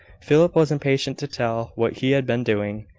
philip was impatient to tell what he had been doing,